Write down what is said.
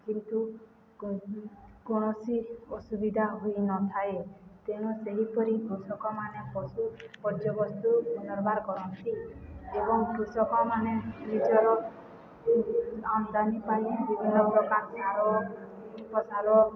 କିନ୍ତୁ କୌଣସି ଅସୁବିଧା ହୋଇନଥାଏ ତେଣୁ ସେହିପରି କୃଷକମାନେ ପଶୁ ବର୍ଯ୍ୟବସ୍ତୁ କରନ୍ତି ଏବଂ କୃଷକମାନେ ନିଜର ଆମଦାନୀ ପାଇଁ ବିଭିନ୍ନ ପ୍ରକାର ସାର ଫସଲ